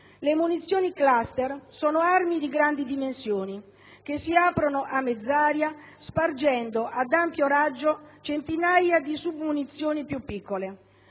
Le munizioni *cluster* sono armi di grandi dimensioni che si aprono a mezz'aria spargendo ad ampio raggio centinaia di submunizioni più piccole.